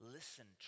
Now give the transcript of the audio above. Listen